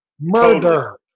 Murder